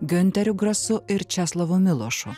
giunteriu grasu ir česlovu milošu